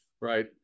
right